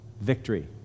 victory